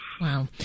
Wow